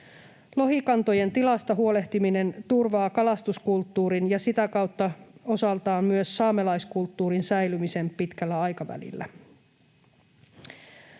Lohikantojen tilasta huolehtiminen turvaa kalastuskulttuurin ja sitä kautta osaltaan myös saamelaiskulttuurin säilymisen pitkällä aikavälillä.